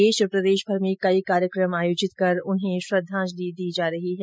देश और प्रदेशभर में कई कार्यक्रम आयोजित कर उन्हें श्रद्धाजलि दी जा रही है